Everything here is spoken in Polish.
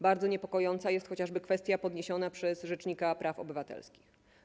Bardzo niepokojąca jest chociażby kwestia podniesiona przez rzecznika praw obywatelskich.